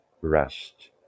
rest